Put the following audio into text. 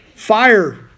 Fire